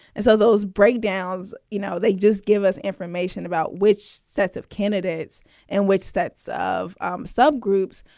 and so those breakdowns, you know, they just give us information about which sets of candidates and which sets of um subgroups,